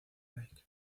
nike